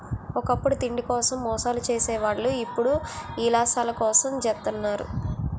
ఒకప్పుడు తిండి కోసం మోసాలు సేసే వాళ్ళు ఇప్పుడు యిలాసాల కోసం జెత్తన్నారు